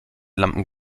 lampen